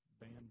band